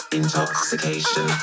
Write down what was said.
intoxication